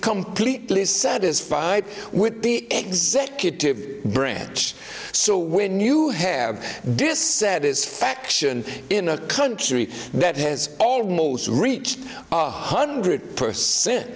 completely satisfied with the executive branch so when you have this set is faction in a country that has almost reached one hundred percent